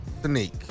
sneak